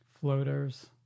floaters